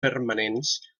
permanents